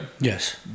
Yes